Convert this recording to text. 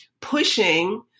pushing